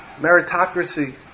meritocracy